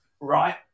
right